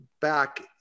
back